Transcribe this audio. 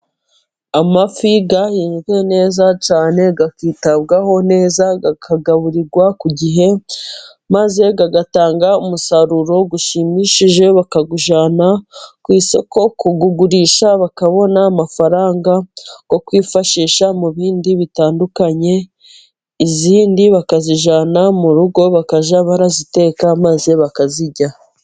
Amafi ahinzwe neza cyane akitabwaho neza akagaburirwa ku gihe, maze agatanga umusaruro ushimishije bakagujyana ku isoko kuwugurisha bakabona amafaranga yo kwifashisha mu bindi bitandukanye izindi bakazijyana mu rugo bakajya baraziteka maze bakazirya.